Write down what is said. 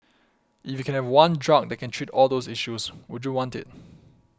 if you can have one drug that can treat all those issues would you want it